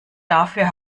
dafür